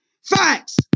Facts